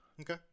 Okay